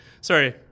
sorry